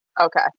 Okay